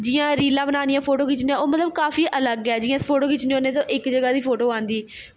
जि'यां रीलां बनानियां फोटू खिच्चना ओह् मतलब काफी अलग ऐ जि'यां अस फोटू खिच्चने होन्नें ते ओह् इक ज'गा दी फोटू औंदी